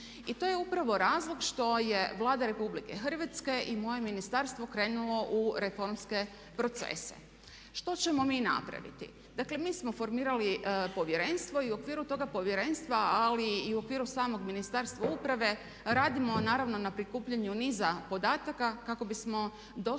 I to je upravo razlog što je Vlada Republike Hrvatske i moje ministarstvo krenulo u reformske procese. Što ćemo mi napraviti? Dakle, mi smo formirali povjerenstvo i u okviru toga povjerenstva ali i u okviru samog Ministarstva uprave radimo naravno na prikupljanju niza podataka kako bismo došli